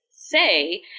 say